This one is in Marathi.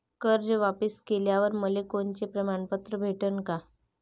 कर्ज वापिस केल्यावर मले कोनचे प्रमाणपत्र भेटन का?